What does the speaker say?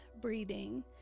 breathing